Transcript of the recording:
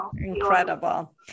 incredible